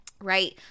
right